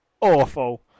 Awful